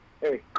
hey